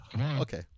okay